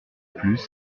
plus